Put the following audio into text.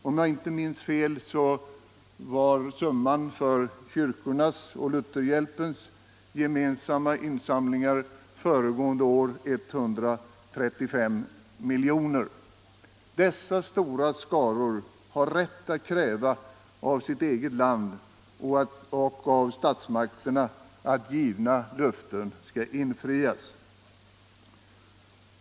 Om jag inte minns fel var summan för kyrkornas och Lutherhjälpens gemensamma insamlingar under föregående år 135 miljoner kronor. Dessa stora skaror har rätt att kräva av sitt eget land och statsmakterna att givna löften skall infrias!